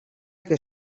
que